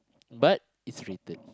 but it's written